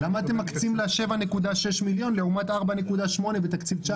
למה אתם מקצים לה 7.6 מיליון לעומת 4.8 מיליון בתקציב 2019?